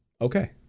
okay